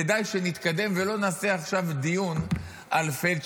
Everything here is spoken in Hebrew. כדאי שנתקדם ולא נעשה עכשיו דיון על פלדשטיין.